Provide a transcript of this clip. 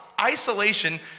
Isolation